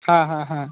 হ্যাঁ হ্যাঁ হ্যাঁ